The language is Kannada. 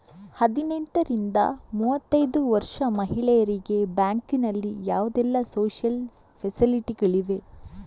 ಹದಿನೆಂಟರಿಂದ ಮೂವತ್ತೈದು ವರ್ಷ ಮಹಿಳೆಯರಿಗೆ ಬ್ಯಾಂಕಿನಲ್ಲಿ ಯಾವುದೆಲ್ಲ ಸೋಶಿಯಲ್ ಫೆಸಿಲಿಟಿ ಗಳಿವೆ?